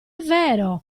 vero